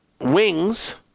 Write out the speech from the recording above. wings